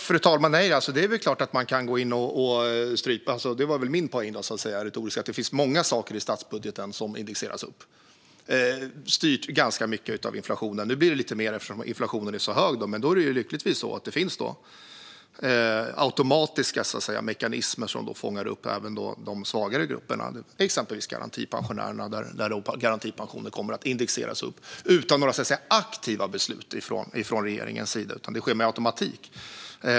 Fru talman! Det är klart att man kan gå in och strypa. Det var väl min retoriska poäng: Det finns många saker i statsbudgeten som indexeras upp, ganska mycket styrt av inflationen. Nu blir det lite mer eftersom inflationen är så hög, men lyckligtvis finns det automatiska mekanismer som fångar upp även de svagare grupperna, exempelvis garantipensionärerna. Garantipensionen kommer att indexeras upp utan några aktiva beslut från regeringens sida - det sker med automatik.